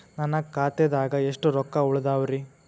ನನ್ನ ಖಾತೆದಾಗ ಎಷ್ಟ ರೊಕ್ಕಾ ಉಳದಾವ್ರಿ?